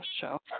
show